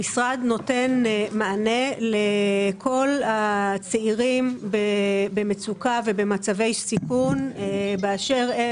המשרד נותן מענה לכל הצעירים במצוקה ובמצבי סיכון באשר הם.